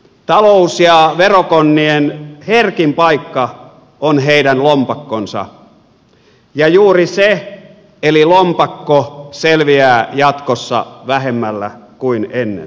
talous ja verokonnien herkin paikka on heidän lompakkonsa ja juuri se eli lompakko selviää jatkossa vähemmällä kuin ennen